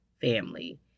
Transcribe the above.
family